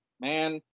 man